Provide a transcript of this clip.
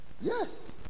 Yes